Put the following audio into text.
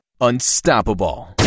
unstoppable